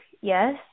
yes